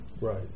right